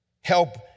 help